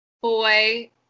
boy